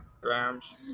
grams